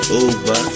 over